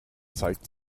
zeigt